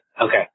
Okay